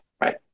Right